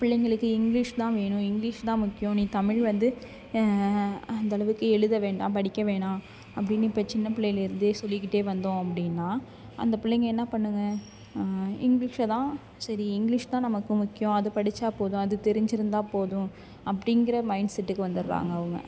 பிள்ளைங்களுக்கு இங்கிலிஷ் தான் வேணும் இங்கிலிஷ் தான் முக்கியம் நீ தமிழ் வந்து அந்தளவுக்கு எழுத வேண்டாம் படிக்க வேணாம் அப்படின்னு இப்போ சின்ன பிள்ளையிலேர்ந்தே சொல்லிக்கிட்டே வந்தோம் அப்படின்னா அந்த பிள்ளைங்க என்ன பண்ணுவாங்க இங்கிலீஷை தான் சரி இங்கிலிஷ் தான் நமக்கு முக்கியம் அதை படித்தா போதும் அது தெரிஞ்சுருந்தா போதும் அப்டிங்கிற மைண்ட்செட்டுக்கு வந்துடுறாங்க அவங்க